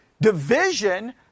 division